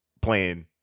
playing